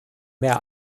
mehr